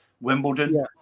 Wimbledon